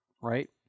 Right